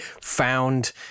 found